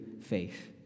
faith